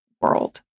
world